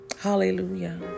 Hallelujah